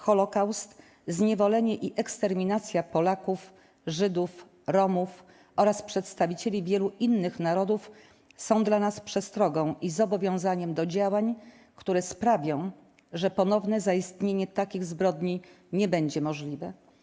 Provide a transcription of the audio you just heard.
Holokaust, zniewolenie i eksterminacja Polaków, Żydów, Romów oraz przedstawicieli wielu innych narodów są dla nas przestrogą i zobowiązaniem do działań, które sprawią, że ponowne zaistnienie takich zbrodni nie będzie możliwe.